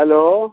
hello